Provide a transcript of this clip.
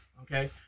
okay